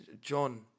John